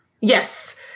Yes